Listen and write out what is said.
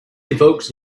evokes